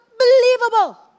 unbelievable